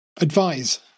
advise